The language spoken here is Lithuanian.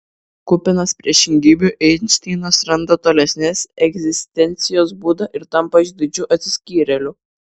kupinas priešingybių einšteinas randa tolesnės egzistencijos būdą ir tampa išdidžiu atsiskyrėliu